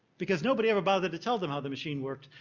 because nobody ever bothered to tell them how the machine works,